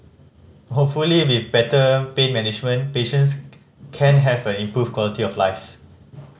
hopefully with better pain management patients can have an improved quality of life